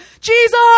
Jesus